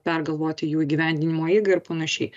pergalvoti jų įgyvendinimo eigą ir panašiai